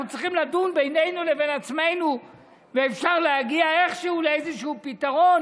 אנחנו צריכים לדון בינינו לבין עצמנו ואפשר להגיע איכשהו לאיזשהו פתרון.